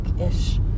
ish